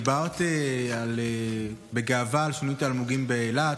דיברת בגאווה על שונית האלמוגים באילת,